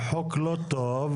הוא חוק לא טוב,